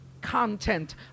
content